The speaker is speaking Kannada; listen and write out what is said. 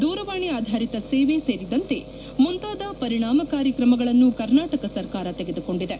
ದೂರವಾಣಿ ಆಧಾರಿತ ಸೇವೆ ಸೇರಿದಂತೆ ಮುಂತಾದ ಪರಿಣಾಮಕಾರಿ ತ್ರಮಗಳನ್ನು ಕರ್ನಾಟಕ ಸರ್ಕಾರ ತೆಗೆದುಕೊಂಡಿದೆ